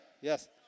Yes